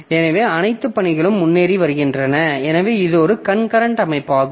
எனவே அனைத்து பணிகளும் முன்னேறி வருகின்றன எனவே இது ஒரு கன்கரன்ட் அமைப்பாகும்